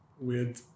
weird